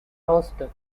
houston